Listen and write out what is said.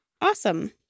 Awesome